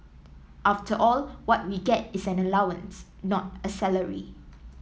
after all what we get is an allowance not a salary